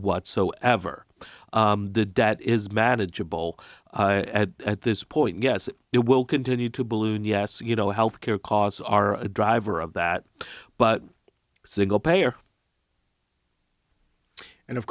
whatsoever the debt is manageable at this point yes it will continue to balloon yes you know health care costs are a driver of that but single payer and of